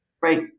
Right